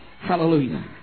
Hallelujah